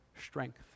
strength